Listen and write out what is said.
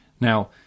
Now